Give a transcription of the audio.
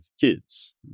kids